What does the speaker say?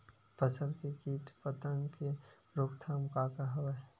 फसल के कीट पतंग के रोकथाम का का हवय?